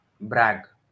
brag